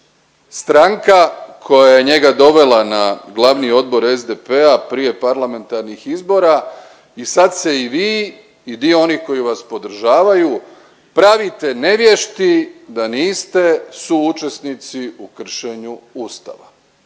stranka koja je njega dovela na Glavni odbor SDP-a prije parlamentarnih izbora i sad se i vi i dio onih koji vas podržavaju pravite nevješti da niste suučesnici u kršenju Ustava.